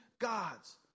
God's